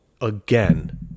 again